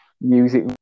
music